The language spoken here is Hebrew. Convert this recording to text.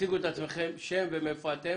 תציגו את עצמכם, שם ומאיפה אתם.